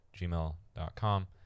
gmail.com